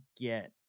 get